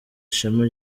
ishema